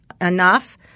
enough